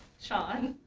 sean.